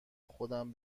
خودم